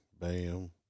Bam